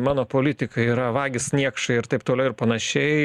mano politikai yra vagys niekšai ir taip toliau ir panašiai